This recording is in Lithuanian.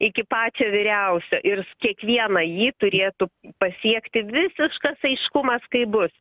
iki pačio vyriausio ir kiekvieną jį turėtų pasiekti visiškas aiškumas kaip bus